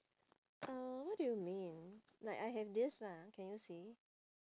uh what do you mean like I have this lah can you see